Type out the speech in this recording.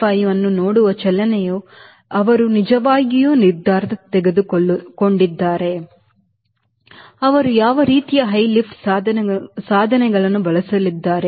5 ಅನ್ನು ನೋಡುವ ಚಲನೆಯು ಅವರು ನಿಜವಾಗಿಯೂ ನಿರ್ಧಾರ ತೆಗೆದುಕೊಂಡಿದ್ದಾರೆ ಅವರು ಯಾವ ರೀತಿಯ ಹೈ ಲಿಫ್ಟ್ ಸಾಧನಗಳನ್ನು ಬಳಸಲಿದ್ದಾರೆ